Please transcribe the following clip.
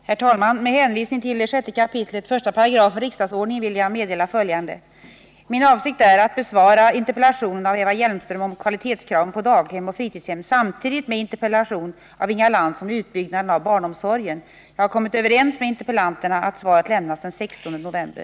Herr talman! Med hänvisning till 6 kap. 1§ riksdagsordningen vill jag meddela följande: Min avsikt är att besvara interpellationen av Eva Hjelmström om kvalitetskraven på daghem och fritidshem samtidigt med interpellationen av Inga Lantz om utbyggnaden av barnomsorgen. Jag har kommit överens med interpellanterna om att svaret lämnas den 16 november.